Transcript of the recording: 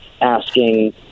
asking